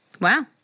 Wow